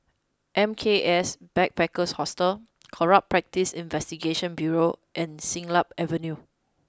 M K S Backpackers Hostel Corrupt Practices Investigation Bureau and Siglap Avenue